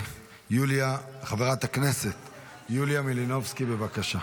חברת הכנסת יוליה מלינובסקי, בבקשה.